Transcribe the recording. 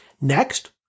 Next